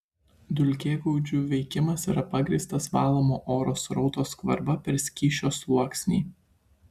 dulkėgaudžių veikimas yra pagrįstas valomo oro srauto skvarba per skysčio sluoksnį